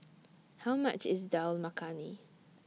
How much IS Dal Makhani